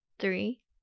three